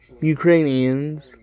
Ukrainians